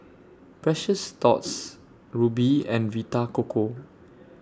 Precious Thots Rubi and Vita Coco